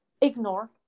ignore